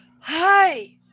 Hi